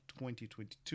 2022